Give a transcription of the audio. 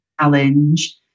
challenge